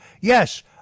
Yes